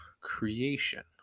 creation